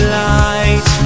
light